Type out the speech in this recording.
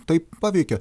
taip paveikė